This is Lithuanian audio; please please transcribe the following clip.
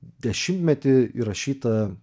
dešimtmetį įrašytą